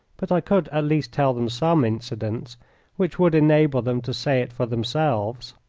but i could at least tell them some incidents which would enable them to say it for themselves.